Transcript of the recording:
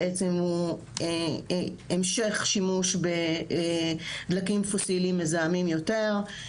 בעצם הוא המשך שימוש בדלקים פוסיליים מזהמים יותר,